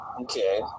Okay